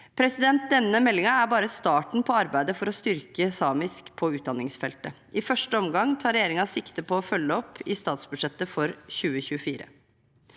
Denne meldingen er bare starten på arbeidet for å styrke samisk på utdanningsfeltet. I første omgang tar regjeringen sikte på å følge opp i statsbudsjettet for 2024.